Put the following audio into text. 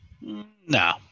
No